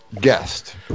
guest